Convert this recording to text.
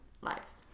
lives